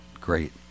great